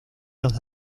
los